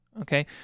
Okay